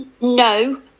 no